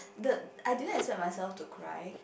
the I didn't expect myself to cry